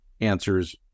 answers